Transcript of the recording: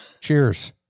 cheers